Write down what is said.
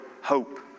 hope